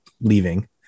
leaving